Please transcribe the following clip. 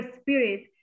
spirit